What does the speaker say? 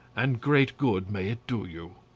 and great good may it do you.